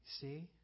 See